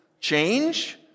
change